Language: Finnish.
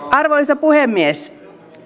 arvoisa puhemies